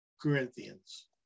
Corinthians